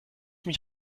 mich